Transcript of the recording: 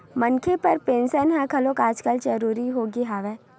मनखे बर पेंसन ह घलो आजकल जरुरी होगे हवय